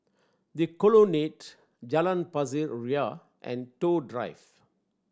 The Colonnade Jalan Pasir Ria and Toh Drive